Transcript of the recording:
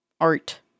art